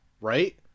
Right